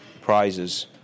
prizes